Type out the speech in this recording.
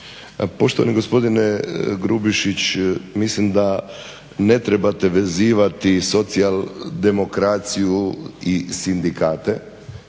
Poštovani gospodine Grubišić, mislim da ne trebate vezivati socijaldemokraciju i sindikate.